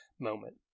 moment